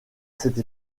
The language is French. cette